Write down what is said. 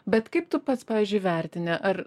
bet kaip tu pats pavyzdžiui vertini ar